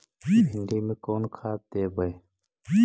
भिंडी में कोन खाद देबै?